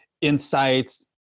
insights